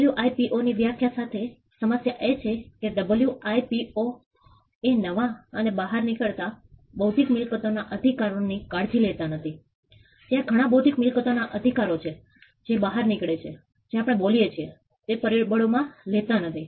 WIPO ની વ્યાખ્યા સાથે સમસ્યા એ છે કે ડબ્લ્યુઆઇપીઓ એ નવા અને બહાર નીકળતા બૌદ્ધિક મિલકતોના અધિકારો ની કાળજી લેતા નથી ત્યાં ઘણા બૌદ્ધિક મિલકતોના અધિકારો છે જે બહાર નીકળે છે જે આપણે બોલીએ છીએ તે પરિબળો માં લેતા નથી